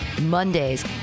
Mondays